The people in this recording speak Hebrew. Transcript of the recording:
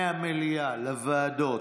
מהמליאה לוועדות,